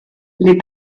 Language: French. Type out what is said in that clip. les